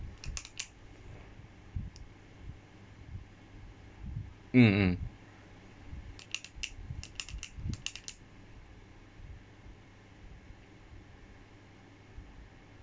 mm mm